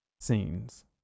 scenes